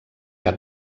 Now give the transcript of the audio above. que